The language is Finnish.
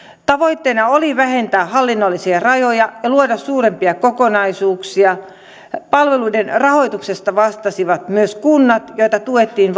tavoitteena oli vähentää hallinnollisia rajoja ja luoda suurempia kokonaisuuksia palveluiden rahoituksesta vastasivat myös kunnat joita tuettiin